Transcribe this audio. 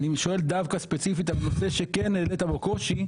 אני שואל דווקא ספציפית על הנושא שכן העלית בו קושי,